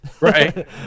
Right